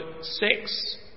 six